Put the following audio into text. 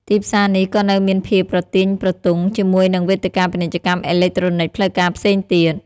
ទីផ្សារនេះក៏នៅមានភាពប្រទាញប្រទង់ជាមួយនឹងវេទិកាពាណិជ្ជកម្មអេឡិចត្រូនិកផ្លូវការផ្សេងទៀត។